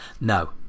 no